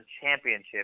championship